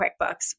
QuickBooks